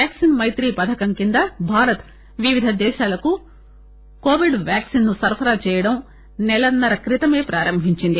vaccine Maitri పథకం క్రింద భారత్ వివిధ దేశాలకు కోవిడ్ వ్యాక్సిన్ ను సరఫరా చేయడం నెలన్నర క్రితమే ప్రారంభించింది